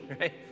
right